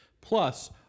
Plus